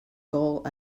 goal